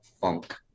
funk